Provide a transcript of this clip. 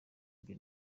nabyo